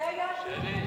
זה היה הטיעון,